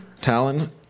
Talon